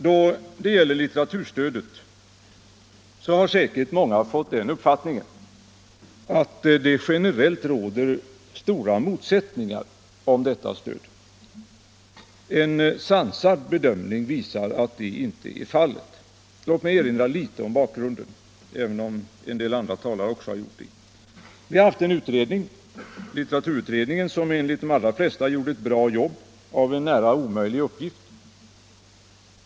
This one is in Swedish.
Då det gäller litteraturstödet har säkert många fått den uppfattningen att det generellt råder stora motsättningar. En sansad bedömning visar att så inte är fallet. Låt mig erinra litet om bakgrunden, även om en del andra talare också har gjort det. Vi har haft en utredning, litteraturutredningen, som enligt de allra flesta gjorde ett bra jobb av en nära nog omöjlig uppgift.